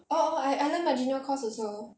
orh orh I I learn marginal cost also